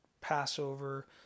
Passover